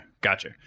gotcha